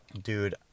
Dude